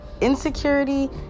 insecurity